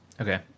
Okay